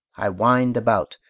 i wind about,